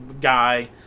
guy